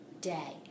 day